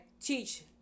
teach